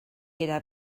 gyda